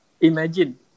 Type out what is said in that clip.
Imagine